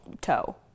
toe